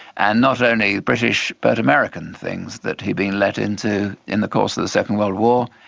and not only british but american things that he'd been let into in the course of the second world war.